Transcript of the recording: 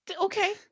Okay